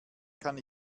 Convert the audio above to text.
kann